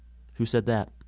who said that?